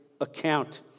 account